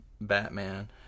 Batman